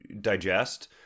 digest